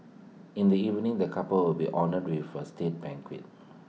in the evening the couple will honoured be with A state banquet